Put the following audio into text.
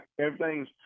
everything's